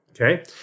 Okay